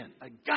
again